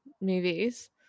movies